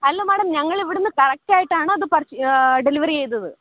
അല്ല മേഡം ഞങ്ങളിവിടെ നിന്ന് കറക്റ്റായിട്ടാണത് പർച് ഡെലിവർ ചെയ്തത്